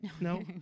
No